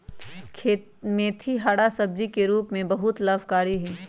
मेथी हरा सब्जी के रूप में बहुत लाभकारी हई